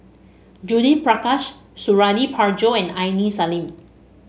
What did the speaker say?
Judith Prakash Suradi Parjo and Aini Salim